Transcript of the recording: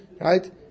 Right